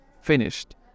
finished